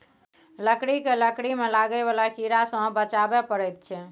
लकड़ी केँ लकड़ी मे लागय बला कीड़ा सँ बचाबय परैत छै